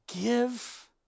Give